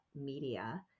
media